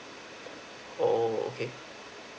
oo okay